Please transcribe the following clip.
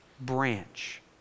branch